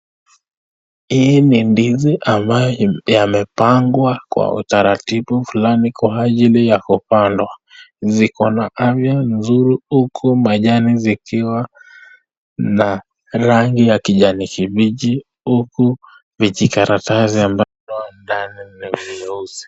Hii ni ndizi ambayo imepangwa kwa utaratibu kwa ajili ya kupandwa. Ziko na afya nzuri huku majani ikiwa na rangi ya kijani kibichi huku vijikaratasi ambazo ndani ni nyeusi.